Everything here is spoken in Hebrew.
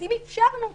אז אם אפשרנו אותה,